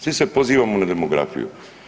Svi se pozivamo na demografiju.